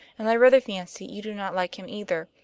and i rather fancy you do not like him either.